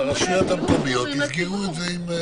הרשויות המקומיות יסגרו את זה.